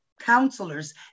counselors